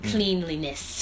Cleanliness